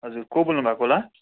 हजुर को बोल्नु भएको होला